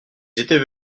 étaient